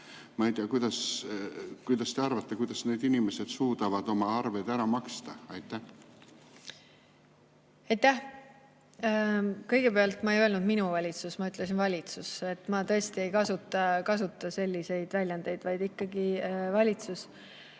ma ei tea, mida te arvate, kuidas need inimesed suudavad oma arved ära maksta. Aitäh! Kõigepealt, ma ei öelnud "minu valitsus", ma ütlesin "valitsus". Ma tõesti ei kasuta selliseid väljendeid, vaid ikkagi "valitsus",